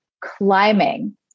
climbing